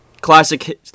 Classic